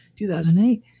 2008